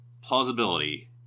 plausibility